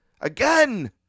Again